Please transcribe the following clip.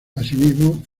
asimismo